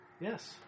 Yes